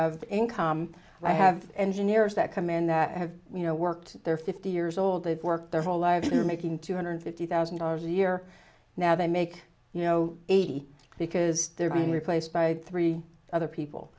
of income i have engineers that come in that have you know worked there fifty years old they've worked their whole lives they're making two hundred fifty thousand dollars a year now they make you know eighty because they're being replaced by three other people